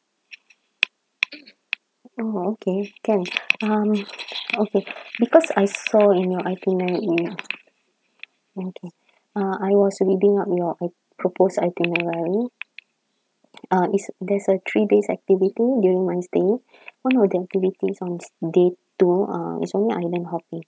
oh okay can um okay because I saw in your itinerary uh I was reading up your i~ proposed itinerary uh is there's a three days activity during my stay one of the activities on day two um is only island hopping